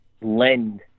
lend